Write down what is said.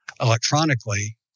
electronically